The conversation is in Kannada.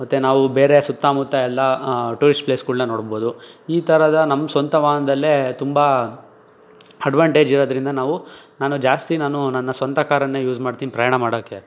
ಮತ್ತೆ ನಾವು ಬೇರೆ ಸುತ್ತಮುತ್ತ ಎಲ್ಲ ಟೂರಿಸ್ಟ್ ಪ್ಲೇಸ್ಗಳ್ನ ನೋಡ್ಬೋದು ಈ ಥರದ ನಮ್ಮ ಸ್ವಂತ ವಾಹನದಲ್ಲೇ ತುಂಬ ಅಡ್ವಾಂಟೇಜ್ ಇರೋದ್ರಿಂದ ನಾವು ನಾನು ಜಾಸ್ತಿ ನಾನು ನನ್ನ ಸ್ವಂತ ಕಾರನ್ನೇ ಯೂಸ್ ಮಾಡ್ತೀನಿ ಪ್ರಯಾಣ ಮಾಡೋಕ್ಕೆ